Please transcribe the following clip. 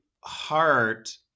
heart